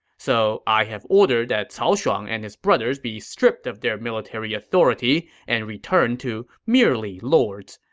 so i have ordered that cao shuang and his brothers be stripped of their military authority and returned to merely lords.